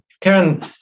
Karen